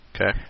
Okay